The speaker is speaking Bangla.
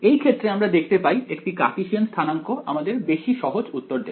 এই ক্ষেত্রে আমরা দেখতে পাই একটি কার্টেসিয়ান স্থানাংক আমাদের বেশি সহজ উত্তর দেবে